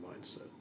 mindset